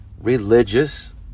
religious